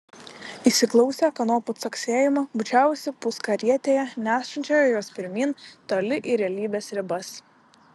įsiklausę kanopų caksėjimo bučiavosi puskarietėje nešančioje juos pirmyn toli į realybės ribas